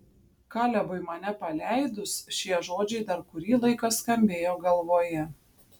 kalebui mane paleidus šie žodžiai dar kurį laiką skambėjo galvoje